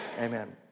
Amen